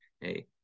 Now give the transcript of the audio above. hey